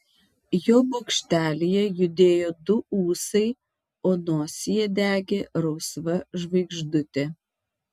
jo bokštelyje judėjo du ūsai o nosyje degė rausva žvaigždutė